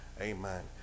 Amen